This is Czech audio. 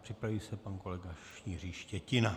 Připraví se pan kolega Jiří Štětina.